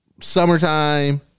summertime